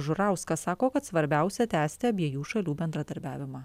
žurauskas sako kad svarbiausia tęsti abiejų šalių bendradarbiavimą